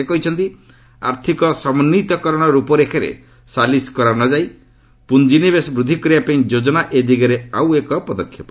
ସେ କହିଛନ୍ତି ଆର୍ଥିକ ସମନ୍ୱିତ କରଣ ରୂପରେଖରେ ସାଲିସ୍ କରାନଯାଇ ପୁଞ୍ଜିନିବେଶ ବୃଦ୍ଧି କରିବା ପାଇଁ ଯୋଜନା ଏ ଦିଗରେ ଆଉ ଏକ ପଦକ୍ଷେପ